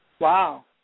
Wow